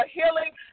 healing